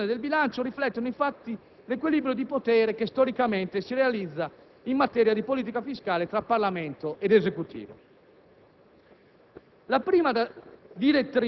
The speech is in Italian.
Le regole che guidano la formazione e l'approvazione del bilancio riflettono infatti l'equilibrio di potere che storicamente si realizza in materia di politica fiscale tra Parlamento ed Esecutivo.